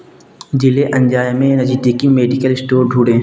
जिले अन्जाव में नज़दीकी मेडिकल स्टोर ढूँढें